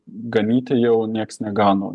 ganyti jau nieks negano